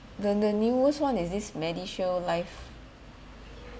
the the newest one is this medishield life